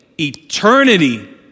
eternity